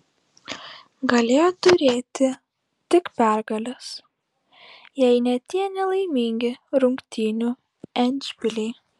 galėjo turėti tik pergales jei ne tie nelaimingi rungtynių endšpiliai